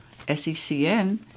SECN